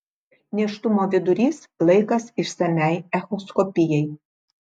nėštumo vidurys laikas išsamiai echoskopijai